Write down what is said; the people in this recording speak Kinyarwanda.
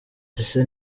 ese